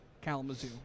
Kalamazoo